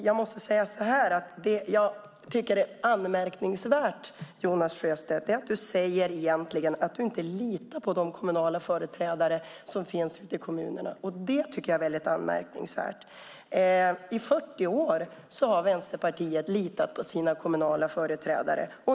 Jag tycker att det är anmärkningsvärt att du, Jonas Sjöstedt, säger att du inte litar på de företrädare som finns ute i kommunerna. I 40 år har Vänsterpartiet litat på sina kommunala företrädare.